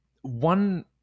one